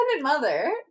mother